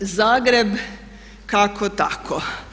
Zagreb kako tako.